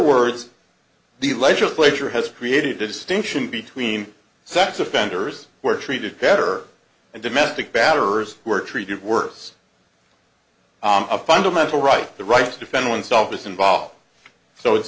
words the legislature has created a distinction between sex offenders were treated better and domestic batterers were treated worse a fundamental right the right to defend oneself is involved so it's